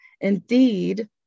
indeed